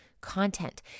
content